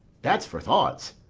that's for thoughts.